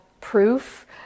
proof